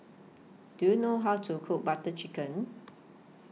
Do YOU know How to Cook Butter Chicken